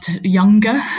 younger